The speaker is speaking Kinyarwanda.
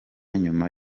nyuma